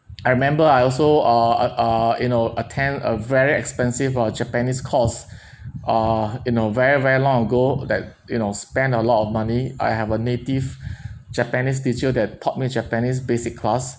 I remember I also uh uh uh you know attend a very expensive uh japanese course uh in a very very long ago that you know spend a lot of money I have a native japanese teacher that taught me japanese basic class